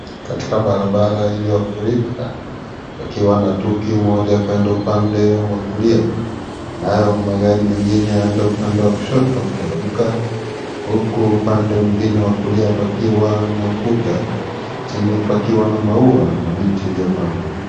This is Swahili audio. Katika barabara iliyofurika, pakiwa na tuki moja kwenda upande wa kulia, nayo magari mengine yaenda upande wa kushoto, kuteremka. Huku upande mwingine wa kulia pakiwa na ukuta, chini pakiwa na maua na miti iliyopandwa.